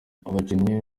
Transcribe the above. abakinnyi